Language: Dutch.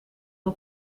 wil